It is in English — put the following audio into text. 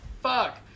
fuck